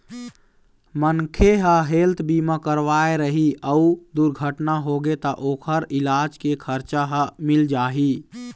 मनखे ह हेल्थ बीमा करवाए रही अउ दुरघटना होगे त ओखर इलाज के खरचा ह मिल जाही